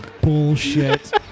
Bullshit